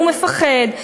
הוא מפחד,